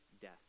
death